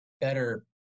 better